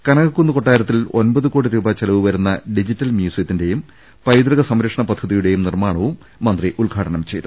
കനകക്കുന്ന് കൊട്ടാരത്തിൽ ഒമ്പതു കോടി രൂപ ചെലവ് വരുന്ന ഡിജിറ്റൽ മ്യൂസിയത്തിന്റെയും പൈതൃക സംരക്ഷണ പദ്ധതികളു ടെയും നിർമ്മാണവും മന്ത്രി ഉദ്ഘാടനം ചെയ്തു